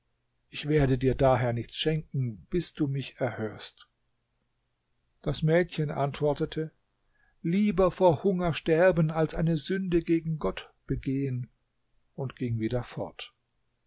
ich werde dir daher nichts schenken bis du mich erhörst das mädchen antwortete lieber vor hunger sterben als eine sünde gegen gott begehen und ging wieder fort